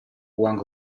juan